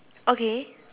okay